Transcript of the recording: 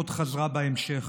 עוד חזרה בהמשך.